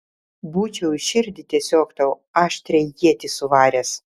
būčiau į širdį tiesiog tau aštrią ietį suvaręs